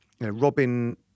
Robin